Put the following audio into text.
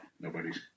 nobody's